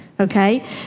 Okay